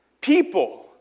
People